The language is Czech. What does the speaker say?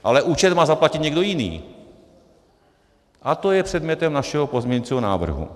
Ale účet má zaplatit někdo jiný a to je předmětem našeho pozměňovacího návrhu.